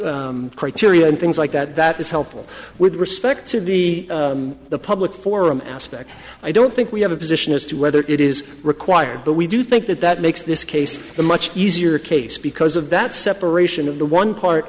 public criteria and things like that that is helpful with respect to the public forum aspect i don't think we have a position as to whether it is required but we do think that that makes this case a much easier case because of that separation of the one part